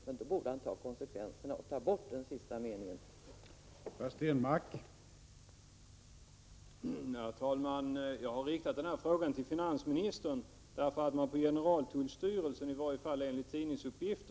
Men då borde han ta konsekvenserna och ta bort den sista meningen i förordningen.